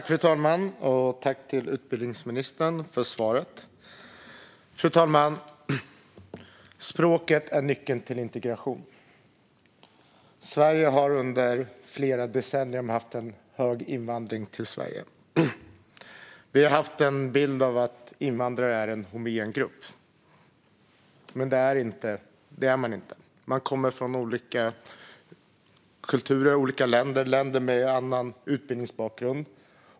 Fru talman! Tack, utbildningsministern, för svaret! Fru talman! Språket är nyckeln till integration. Sverige har under flera decennier haft en hög invandring. Vi har haft bilden att invandrare är en homogen grupp, men det är de inte. De kommer från olika kulturer och länder och har olika utbildningsbakgrund.